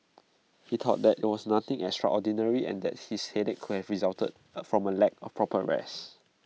he thought that IT was nothing extraordinary and that his headache could have resulted from A lack of proper rest